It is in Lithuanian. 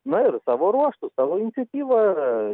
na ir savo ruožtu savo iniciatyva